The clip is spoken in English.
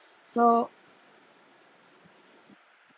so